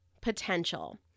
potential